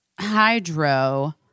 hydro